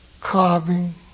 carving